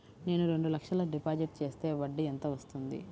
నేను రెండు లక్షల డిపాజిట్ చేస్తే వడ్డీ ఎంత వస్తుంది?